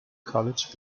college